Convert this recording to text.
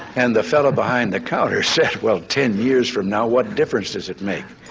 and the fellow behind the counter said, well, ten years from now, what difference does it make?